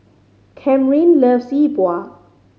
Camryn loves Yi Bua